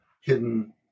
hidden